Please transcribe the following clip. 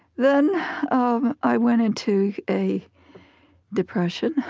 then um i went into a depression